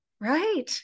Right